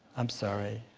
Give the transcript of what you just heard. i'm sorry.